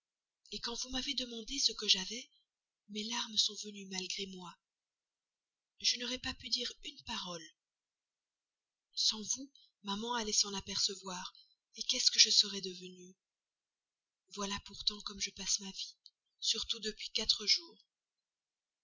empêchait quand vous m'avez demandé ce que j'avais mes larmes sont venues malgré moi je n'aurais pas pu dire une parole sans vous maman allait s'en apercevoir qu'est-ce que je serais devenue voilà pourtant comme je passe ma vie surtout depuis quatre jours